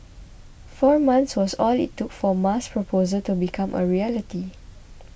four months was all it took for Ma's proposal to become a reality